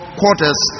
quarters